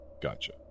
Gotcha